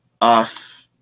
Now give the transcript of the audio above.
off